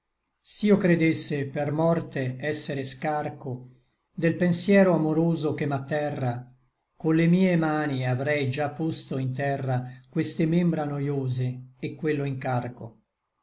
llui s'io credesse per morte essere scarco del pensiero amoroso che m'atterra colle mie mani avrei già posto in terra queste mie membra noiose et quello incarco